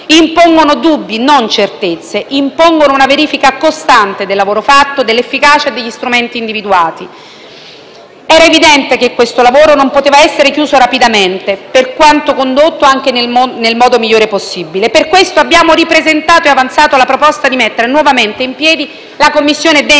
impongono dubbi non certezze, impongono una verifica costante del lavoro fatto e dell'efficacia degli strumenti individuati. Era evidente che questo lavoro non poteva essere chiuso rapidamente, per quanto condotto anche nel modo migliore possibile. Per questo abbiamo ripresentato e avanzato la proposta di mettere nuovamente in piedi la Commissione all'interno